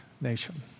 nation